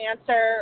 answer